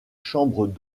chambres